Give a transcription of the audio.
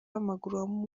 w’amaguru